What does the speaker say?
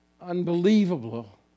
unbelievable